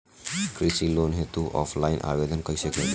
कृषि लोन हेतू ऑफलाइन आवेदन कइसे करि?